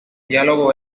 diálogo